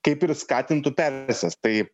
kaip ir skatintų persėst tai